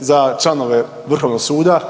za članove vrhovnog suda